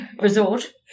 resort